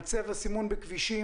דיברנו על צבע סימון בכבישים.